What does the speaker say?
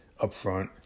upfront